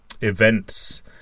events